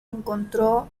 encontró